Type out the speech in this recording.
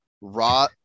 raw